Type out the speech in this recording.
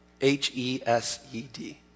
H-E-S-E-D